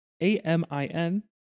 a-m-i-n